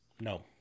no